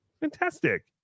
Fantastic